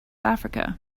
africa